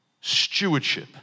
Stewardship